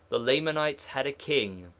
the lamanites had a king,